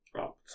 up